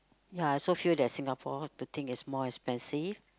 ya I also feel that Singapore the thing is more expensive